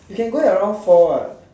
you can go around four what